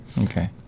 Okay